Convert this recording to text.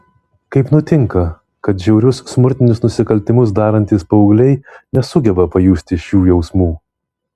kaip nutinka kad žiaurius smurtinius nusikaltimus darantys paaugliai nesugeba pajusti šių jausmų